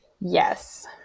yes